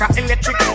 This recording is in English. electric